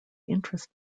interest